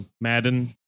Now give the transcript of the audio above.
Madden